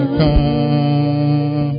come